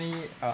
definitely uh